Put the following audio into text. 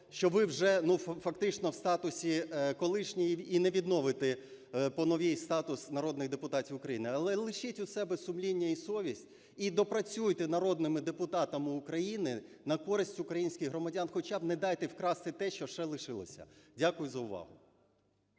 що ви вже, ну, фактично в статусі колишні і не відновите по новій статус народних депутатів України, але лишіть у себе сумління і совість, і допрацюйте народними депутатами України на користь українських громадян, хоча б не дайте вкрасти те, що ще лишилося. Дякую за увагу.